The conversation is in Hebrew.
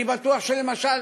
אני בטוח שלמשל